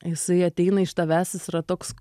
jisai ateina iš tavęs jis yra toks